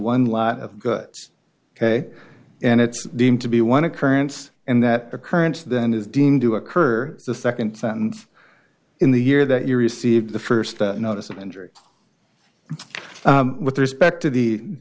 one lot of goods ok and it's deemed to be one occurrence and that occurrence then is deemed to occur the second sentence in the year that you received the first notice of injury with respect to the